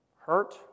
hurt